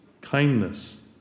kindness